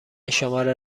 شماره